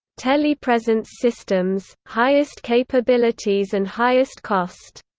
telepresence systems highest capabilities and highest cost.